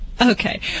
Okay